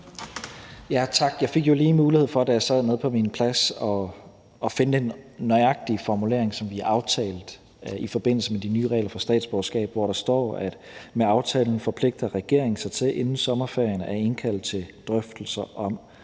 Tak. Jeg fik jo lige mulighed for, da jeg sad nede på min plads, at finde den nøjagtige formulering, som vi aftalte i forbindelse med de nye regler for statsborgerskab, hvor der står, at: »Med aftalen forpligter regeringen sig til inden sommerferien at indkalde til drøftelser om,